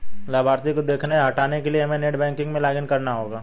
लाभार्थी को देखने या हटाने के लिए हमे नेट बैंकिंग में लॉगिन करना होगा